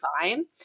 fine